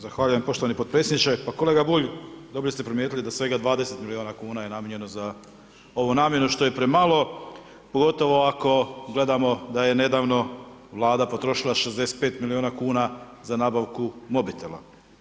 Zahvaljujem poštovani podpredsjedniče, pa kolega Bulj dobro ste primijetili da svega 20 miliona kuna je namijenjeno za ovu namjenu što je premalo, pogotovo ako gledamo da je nedavno Vlada potrošila 65 miliona kuna za nabavku mobitela.